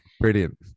Brilliant